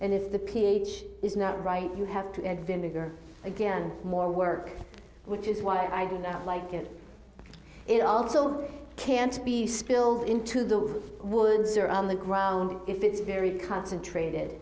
and if the ph is not right you have to add vinegar again more work which is why i do not like it it also can't be spilled into the woods or on the ground if it is very concentrated